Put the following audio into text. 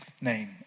name